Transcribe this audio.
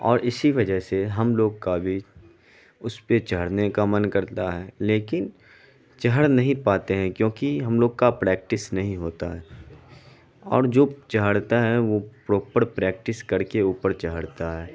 اور اسی وجہ سے ہم لوگ کا بھی اس پہ چڑھنے کا من کرتا ہے لیکن چڑھ نہیں پاتے ہیں کیونکہ ہم لوگ کا پریکٹس نہیں ہوتا ہے اور جو چڑھتا ہے وہ پروپر پریکٹس کر کے اوپر چڑھتا ہے